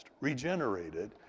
regenerated